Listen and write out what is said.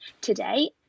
today